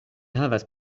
havas